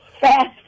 Fast